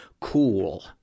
cool